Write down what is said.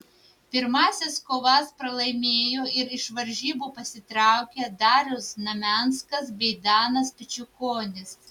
pirmąsias kovas pralaimėjo ir iš varžybų pasitraukė darius znamenskas bei danas pečiukonis